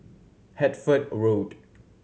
Hertford Road